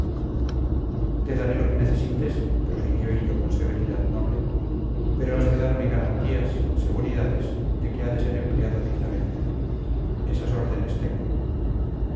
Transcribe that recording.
te daré lo que necesites prosiguió hillo con severidad noble pero has de darme garantías seguridades de que ha de ser empleado dignamente esas órdenes tengo